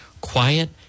quiet